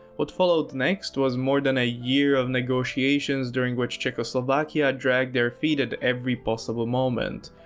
what followed next was more than a year of negotiations during which czechoslovakia dragged their feet at every possible moment,